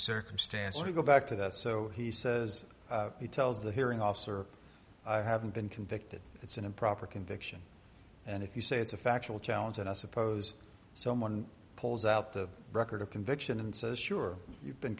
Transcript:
circumstance to go back to that so he says he tells the hearing officer i haven't been convicted it's an improper conviction and if you say it's a factual challenge and i suppose someone pulls out the record of conviction and says sure you've been